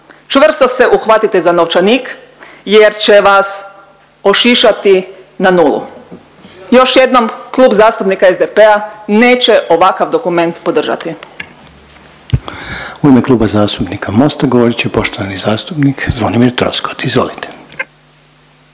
čvrsto se uhvatite za novčanik jer će vas ošišati na nulu. Još jednom Klub zastupnika SDP-a neće ovakav dokument podržati.